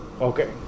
Okay